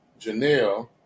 Janelle